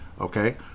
Okay